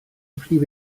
prif